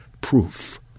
proof